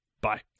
Bye